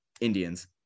Indians